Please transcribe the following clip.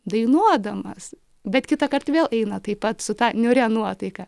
dainuodamas bet kitąkart vėl eina taip pat su ta niūria nuotaika